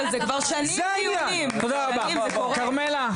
תודה רבה.